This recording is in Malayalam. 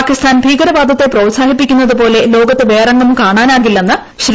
പാകിസ്ഥാൻ ഭീകരവാദത്തെ പ്രോത്സാഹിപ്പിക്കുന്നത് പോലെ ലോകത്ത് വേറെങ്ങും കാണാനാകില്ലെന്ന് ശ്രീ